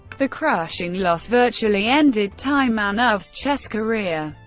the crushing loss virtually ended taimanov's chess career.